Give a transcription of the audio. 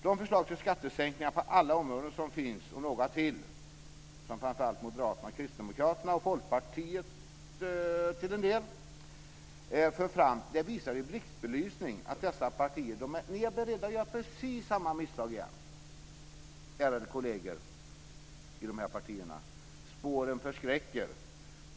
De förslag till skattesänkningar som finns på alla områden, och som framför allt Moderaterna, Kristdemokraterna och till en del Folkpartiet för fram, visar i blixtbelysning vad dessa partier är beredda till. Ni är beredda att göra precis samma misstag igen. Ärade kolleger i de här partierna: Spåren förskräcker!